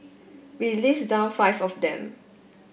we list down five of them